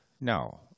No